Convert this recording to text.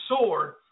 sword